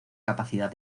capacidad